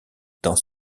dans